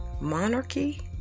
Monarchy